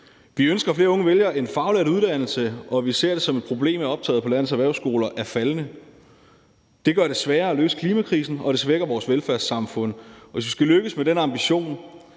Vi ønsker, at flere unge vælger en faglært uddannelse, og vi ser det som et problem, at optaget på landets erhvervsskoler er faldende. Det gør det sværere at løse klimakrisen, og det svækker vores velfærdssamfund. Og hvis vi skal lykkes med den ambition,